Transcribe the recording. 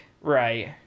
right